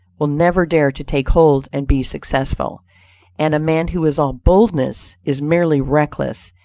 will never dare to take hold and be successful and a man who is all boldness, is merely reckless,